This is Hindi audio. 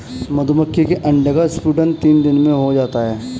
मधुमक्खी के अंडे का स्फुटन तीन दिनों में हो जाता है